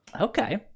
Okay